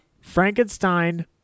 Frankenstein